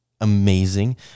amazing